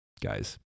guys